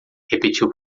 repetiu